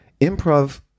improv